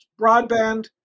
broadband